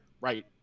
right